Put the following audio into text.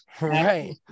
Right